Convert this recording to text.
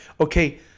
Okay